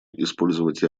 использовать